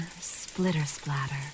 splitter-splatter